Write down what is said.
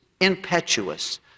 impetuous